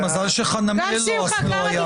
מזל שחנמאל לא היה.